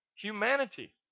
humanity